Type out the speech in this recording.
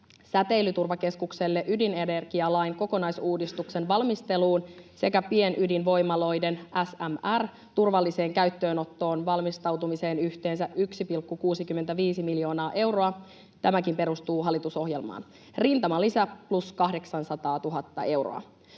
Säteilyturvakeskukselle ydinenergialain kokonaisuudistuksen valmisteluun sekä pienydinvoimaloiden, SMR, turvalliseen käyttöönottoon valmistautumiseen yhteensä 1,65 miljoonaa euroa. Tämäkin perustuu hallitusohjelmaan. Rintamalisä plus 800 000 euroa.